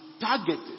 targeted